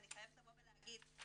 ואני חייבת לבוא ולהגיד,